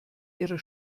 ihrer